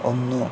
ഒന്ന്